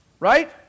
right